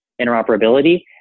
interoperability